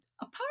apart